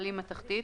מתכתית"